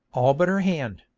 all but her hand,